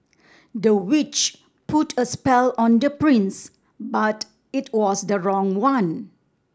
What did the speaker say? the witch put a spell on the prince but it was the wrong one